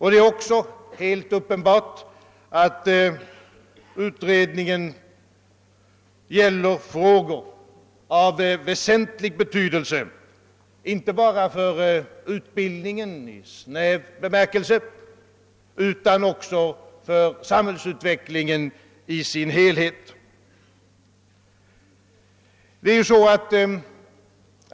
Det är också helt uppenbart, att utredningen gäller frågor av väsentlig betydelse inte bara för utbildningen i snäv bemärkelse utan också för samhällsutvecklingen i dess helhet.